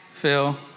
Phil